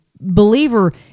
believer